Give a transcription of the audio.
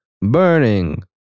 Burning